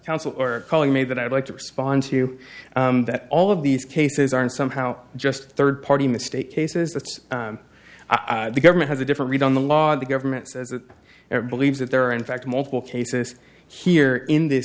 counsel or calling me that i'd like to respond to that all of these cases are in somehow just third party in the state cases that's the government has a different read on the law the government says that it believes that there are in fact multiple cases here in th